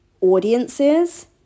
audiences